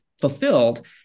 fulfilled